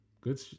Good